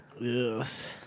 Yes